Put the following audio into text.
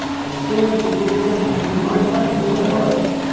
i stand for being someone who, in my mind and in my heart,